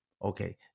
Okay